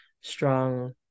strong